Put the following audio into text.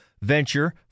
venture